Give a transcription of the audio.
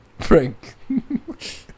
Frank